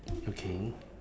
okay